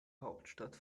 hauptstadt